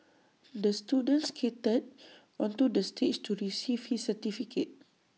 the student skated onto the stage to receive his certificate